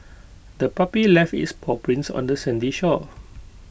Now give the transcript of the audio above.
the puppy left its paw prints on the sandy shore